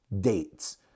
dates